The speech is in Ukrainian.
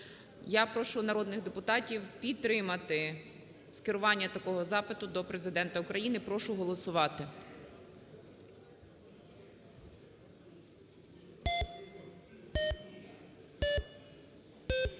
Я прошу народних депутатів підтримати скерування такого запиту до Президента України. Прошу голосувати.